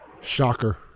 Shocker